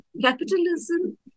capitalism